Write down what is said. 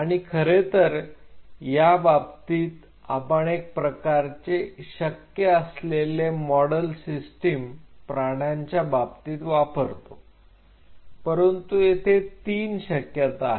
आणि खरेतर याबाबतीत आपण एक प्रकारचे शक्य असलेले मॉडेल सिस्टिम प्राण्यांच्या बाबतीत वापरतो परंतु येथे तीन शक्यता आहेत